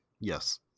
Yes